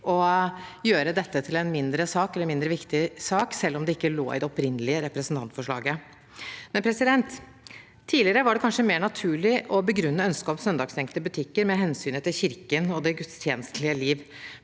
å gjøre dette til en mindre viktig sak selv om det ikke lå i det opprinnelige representantforslaget. Tidligere var det kanskje mer naturlig å begrunne ønsket om søndagsstengte butikker med hensynet til Kirken og det gudstjenstlige liv,